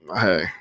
hey